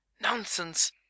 Nonsense